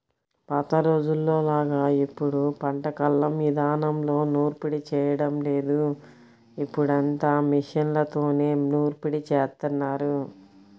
పాత రోజుల్లోలాగా ఇప్పుడు పంట కల్లం ఇదానంలో నూర్పిడి చేయడం లేదు, ఇప్పుడంతా మిషన్లతోనే నూర్పిడి జేత్తన్నారు